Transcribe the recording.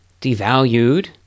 devalued